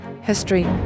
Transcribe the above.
history